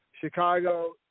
Chicago